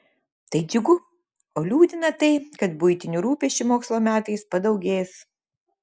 tai džiugu o liūdina tai kad buitinių rūpesčių mokslo metais padaugės